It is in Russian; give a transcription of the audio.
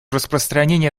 распространение